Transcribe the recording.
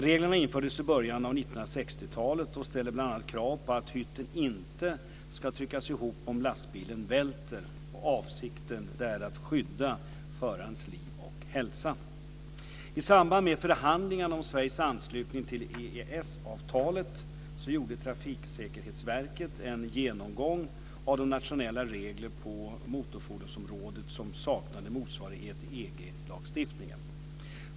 Reglerna infördes i början av 1960-talet och ställer bl.a. krav på att hytten inte ska tryckas ihop om lastbilen välter. Avsikten är att skydda förarens liv och hälsa. I samband med förhandlingarna om Sveriges anslutning till EES-avtalet gjorde Trafiksäkerhetsverket en genomgång av de nationella regler på motorfordonsområdet som saknade motsvarighet i EG lagstiftningen.